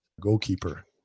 goalkeeper